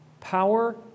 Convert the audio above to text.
power